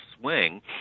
swing